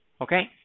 okay